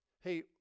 hey